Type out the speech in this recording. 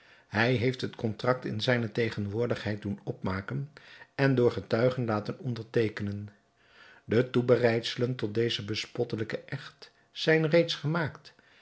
hij heeft het kontrakt in zijne tegenwoordigheid doen opmaken en door getuigen laten onderteekenen de toebereidselen tot dezen bespottelijken echt zijn reeds gemaakt